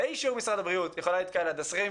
באישור משרד הבריאות יכולה להתקבל עד 20 אנשים,